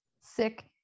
sick